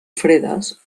fredes